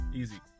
easy